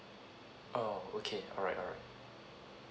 oh okay alright alright